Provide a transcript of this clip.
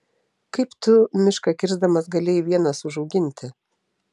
kaip tu mišką kirsdamas galėjai vienas užauginti